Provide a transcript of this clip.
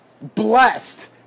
Blessed